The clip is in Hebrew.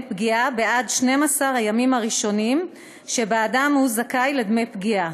פגיעה בעד 12 הימים הראשונים שבהם הוא זכאי לדמי פגיעה.